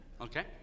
Okay